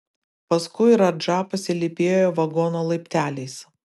paskui radža pasilypėjo vagono laipteliais